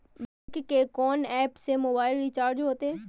Bank के कोन app से मोबाइल रिचार्ज हेते?